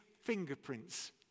fingerprints